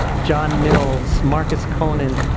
ah john mills, markus conan,